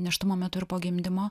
nėštumo metu ir po gimdymo